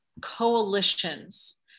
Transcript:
coalitions